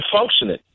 functioning